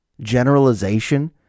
generalization